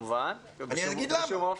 אני אגיד למה.